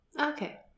Okay